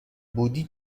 بودی